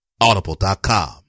Audible.com